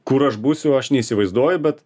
kur aš būsiu aš neįsivaizduoju bet